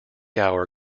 hour